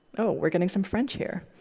oh, we're getting some french here.